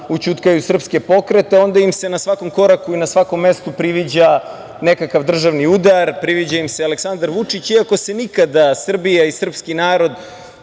ućutkaju srpske pokrete onda im se na svakom koraku i na svakom mestu priviđa nekakav državni udar, priviđa im se Aleksandar Vučić iako se nikada Srbija i srpski narod